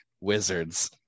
wizards